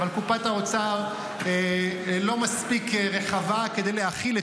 אבל קופת האוצר לא מספיק רחבה להכיל את